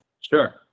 sure